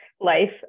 life